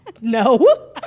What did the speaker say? No